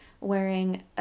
wearing